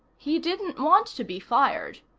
he didn't want to be fired.